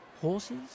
Horses